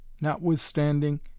Notwithstanding